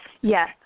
Yes